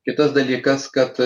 kitas dalykas kad